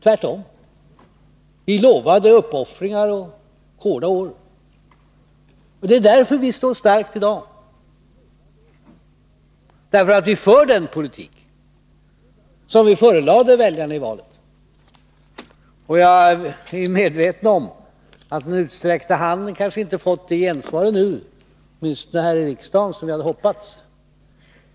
Vi lovade uppoffringar och hårda år. Vi står starka i dag, därför att vi för den politik som vi förelade väljarna i valet. Jag är medveten om att den utsträckta handen kanske inte fått det gensvar ännu, åtminstone inte här i riksdagen, som vi hade hoppats.